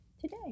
today